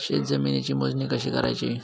शेत जमिनीची मोजणी कशी करायची?